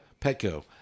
Petco